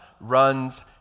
runs